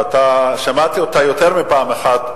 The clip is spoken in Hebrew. וגם שמעתי אותה יותר מפעם אחת,